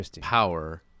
power